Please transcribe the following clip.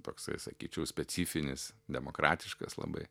toksai sakyčiau specifinis demokratiškas labai